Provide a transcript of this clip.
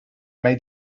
may